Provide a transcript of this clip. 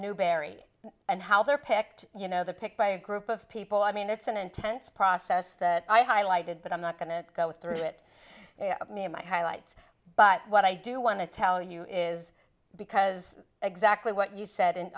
newbery and how they're picked you know the pick by a group of people i mean it's an intense process that i highlighted but i'm not going to go through it my highlights but what i do want to tell you is because exactly what you said in